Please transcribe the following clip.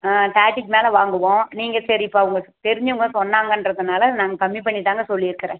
தர்ட்டிக்கு மேலே வாங்குவோம் நீங்கள் சரி இப்போ அவங்க தெரிஞ்சவங்க சொன்னாங்கன்றதுனால நாங்கள் கம்மி பண்ணிதாங்க சொல்லியிருக்கிறேன்